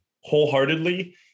wholeheartedly